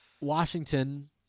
Washington